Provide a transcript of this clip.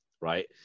right